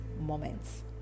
moments